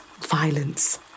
violence